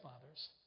fathers